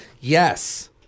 Yes